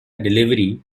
delivery